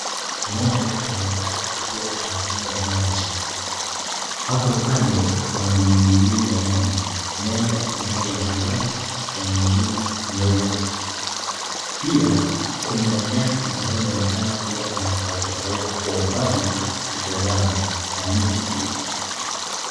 Ng'ombe anaonekana akiwa anakunywa maji. Hapo kando kuna vibuyu viwili vya maji moja ya rangi ya manjano nyingine nyeupe. Pia kuna nyasi ambayo inaonekana kuwa inakaukakauka kwa umbali ukitazama na miti pia.